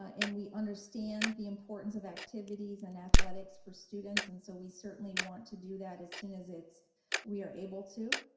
ah and we understand the importance of activities and athletics for students, and so we certainly want to do that as soon as we are able to.